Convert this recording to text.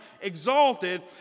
exalted